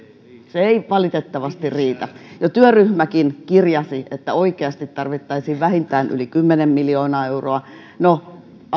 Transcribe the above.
se ei valitettavasti riitä ja työryhmäkin kirjasi että oikeasti tarvittaisiin vähintään yli kymmenen miljoonaa euroa no ala